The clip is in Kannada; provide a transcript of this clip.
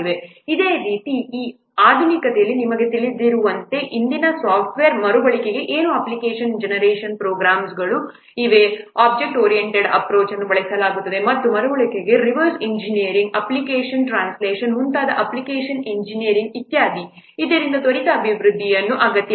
ಅದೇ ರೀತಿ ಈ ಆಧುನಿಕತೆಯಲ್ಲಿ ನಿಮಗೆ ತಿಳಿದಿರುವಂತೆ ಇಂದಿನ ಸಾಫ್ಟ್ವೇರ್ ಮರುಬಳಕೆ ಏನು ಅಪ್ಲಿಕೇಶನ್ ಜನರೇಶನ್ ಪ್ರೊಗ್ರಮ್ಸ್ ಗಳು ಇವೆ ಆಬ್ಜೆಕ್ಟ್ ಓರಿಎಂಟೆಡ್ ಅಪ್ರೋಚ್ ಅನ್ನು ಬಳಸಲಾಗುತ್ತದೆ ಮತ್ತು ಮರುಬಳಕೆ ರಿವರ್ಸ್ ಎಂಜಿನಿಯರಿಂಗ್ ಅಪ್ಲಿಕೇಶನ್ ಟ್ರಾನ್ಸ್ಲೇಷನ್ ಮುಂತಾದ ಅಪ್ಲಿಕೇಶನ್ ಎಂಜಿನಿಯರಿಂಗ್ ಇತ್ಯಾದಿ ಆದ್ದರಿಂದ ತ್ವರಿತ ಅಭಿವೃದ್ಧಿ ಅಗತ್ಯವಿದೆ